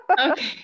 Okay